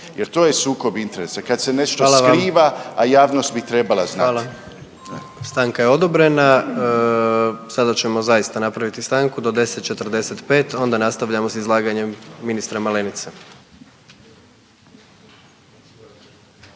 jer to je sukob interesa kad se nešto skriva, a javnost bi trebala znati. **Jandroković, Gordan (HDZ)** Hvala. Stanka je odobrena. Sada ćemo zaista napraviti stanku do 10,45 onda nastavljamo s izlaganjem ministra Malenice.